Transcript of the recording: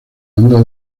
banda